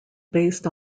based